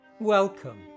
Welcome